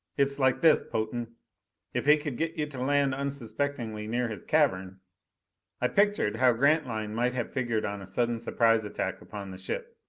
it's like this, potan if he could get you to land unsuspectingly near his cavern i pictured how grantline might have figured on a sudden surprise attack upon the ship.